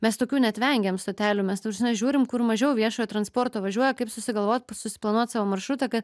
mes tokių net vengiam stotelių mes ta prasme žiūrim kur mažiau viešojo transporto važiuoja kaip susigalvot susiplanuot savo maršrutąka